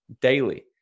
daily